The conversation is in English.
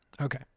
Okay